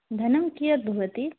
धनं कियत् भवति